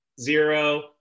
zero